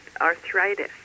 arthritis